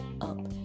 up